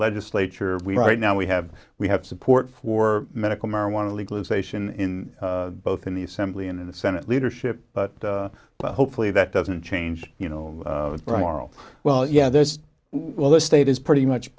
legislature right now we have we have support for medical marijuana legalization in both in the assembly and in the senate leadership but hopefully that doesn't change you know moral well yeah there's well this state is pretty much